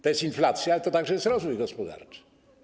To jest inflacja, ale to także jest rozwój gospodarczy.